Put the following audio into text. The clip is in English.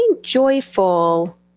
joyful